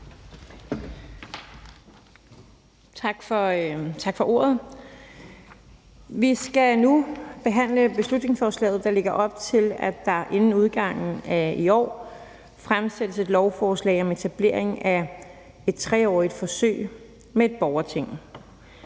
Tak for ordet. Vi skal nu behandle beslutningsforslaget, der lægger op til, at der inden udgangen af i år fremsættes et lovforslag om etablering af et 3-årigt forsøg med et borgerting.